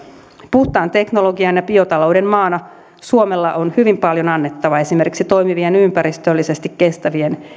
puhtaan teknologian ja biotalouden maana suomella on hyvin paljon annettavaa esimerkiksi toimivien ympäristöllisesti kestävien